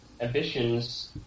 ambitions